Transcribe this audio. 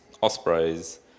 ospreys